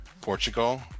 portugal